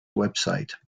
website